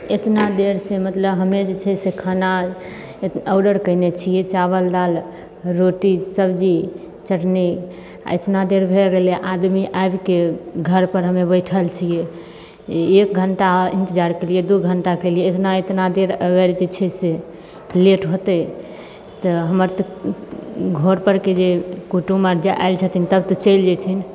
एतना देर से मतलब हमे जे छै से खाना ऑर्डर कयने छियै चावल दाल रोटी सब्जी चटनी आ एतना देर भए गेलै आदमी आबिके घर पर हमे बैठल छियै एक घंटा इंतजार केलियै दू घंटा केलियै इतना इतना देर अगर जे छै से लेट होतै तऽ हमर तऽ घर परके जे कुटुम आर जे आयल छथिन तब तऽ चलि जेथिन